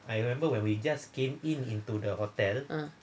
ah